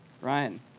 Ryan